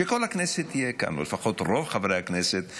שכל הכנסת תהיה כאן או לפחות רוב חברי הכנסת,